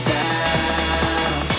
down